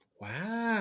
Wow